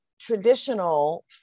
traditional